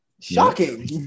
Shocking